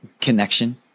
connection